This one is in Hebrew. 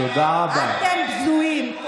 אתם בזויים.